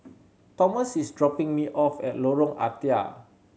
Thomas is dropping me off at Lorong Ah Thia